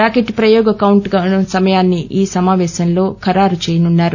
rocket ప్రయోగ countdown సమాయాన్ని ఈ సమాపేశంలో ఖరారు చేయనున్నారు